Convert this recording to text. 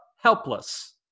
helpless